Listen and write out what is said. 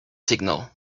signal